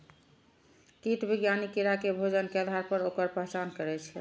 कीट विज्ञानी कीड़ा के भोजन के आधार पर ओकर पहचान करै छै